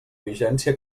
vigència